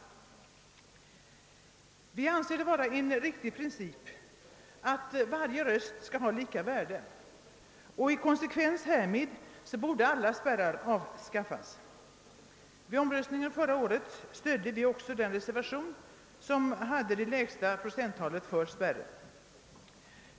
Vi anser det vara en riktig princip att varje röst skall ha lika värde. I konsekvens härmed borde alla spärrar avskaffas. Vid omröstningen förra året stödde vi också den reservation som hade det lägsta procenttalet för spärren.